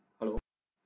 hello